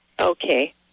Okay